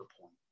point